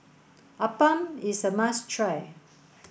Appam is a must try